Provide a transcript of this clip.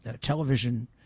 television